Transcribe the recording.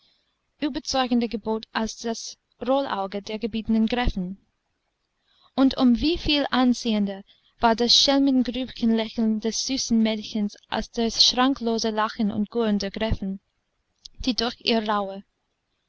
überzeugender gebot als das rollauge der gebietenden gräfin und um wie viel anziehender war das schelmengrübchenlächeln des süßen mädchens als das schrankenlose lachen und gurren der gräfin die durch ihre rauhe